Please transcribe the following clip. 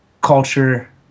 culture